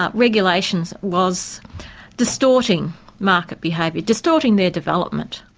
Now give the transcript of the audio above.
ah regulation was distorting market behaviour, distorting their development.